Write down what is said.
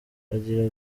agira